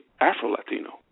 Afro-Latino